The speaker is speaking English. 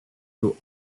who